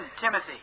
Timothy